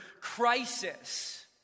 crisis